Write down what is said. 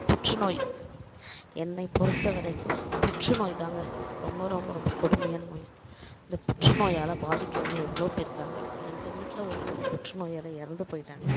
புற்றுநோய் என்னைப் பொறுத்த வரைக்கும் புற்றுநோய் தாங்க ரொம்ப ரொம்ப ரொம்ப கொடுமையான நோய் இந்த புற்றுநோயால் பாதிக்கிறவங்க எவ்வளோ பேர்ருக்காங்க எங்கள் வீட்டில் ஒருத்தரும் புற்றுநோயால் இறந்து போயிட்டாங்க